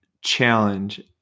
challenge